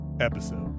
episode